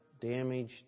damaged